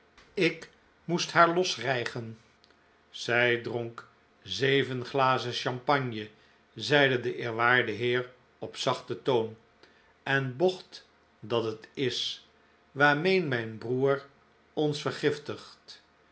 ik moest haar losrijgen zij dronk zeven glazen champagne zeide de eerwaarde heer op zachten toon en bocht dat het is waarmee mijn broer ons vergiftigt